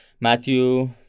Matthew